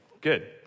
Good